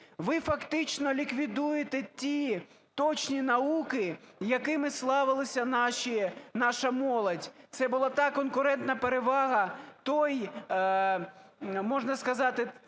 Ви фактично ліквідуєте ті точні науки, якими славилася наша молодь, це була та конкурентна перевага, той, можна сказати,